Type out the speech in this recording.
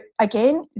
again